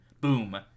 boom